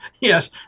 Yes